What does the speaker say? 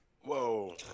Whoa